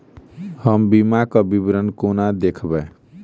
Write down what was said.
हम बीमाक विवरण कोना देखबै?